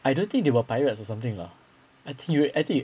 I don't think they were pirates or something lah I think you I think you